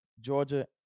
Georgia